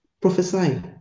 Prophesy